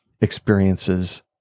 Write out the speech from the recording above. experiences